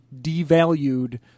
devalued